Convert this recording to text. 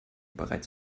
bereits